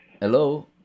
Hello